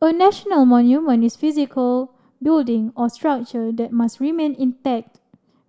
a national monument is physical building or structure that must remain intact